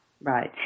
Right